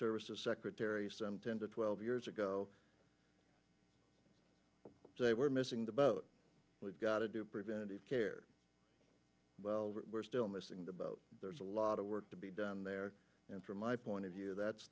services secretary some ten to twelve years ago say we're missing the boat we've got to do preventive care we're still missing the boat there's a lot of work to be done there and from my point of view that's